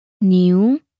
New